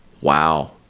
Wow